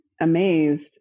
amazed